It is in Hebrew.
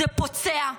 זה פוצע,